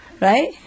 right